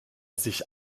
sich